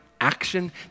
action